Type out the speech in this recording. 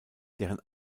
deren